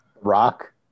rock